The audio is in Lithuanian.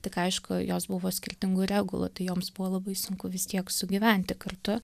tik aišku jos buvo skirtingų regulų tai joms buvo labai sunku vis tiek sugyventi kartu